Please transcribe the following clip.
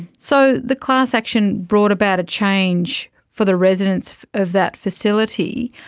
so the class action brought about a change for the residents of that facility.